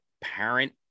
parent